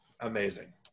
Amazing